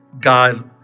God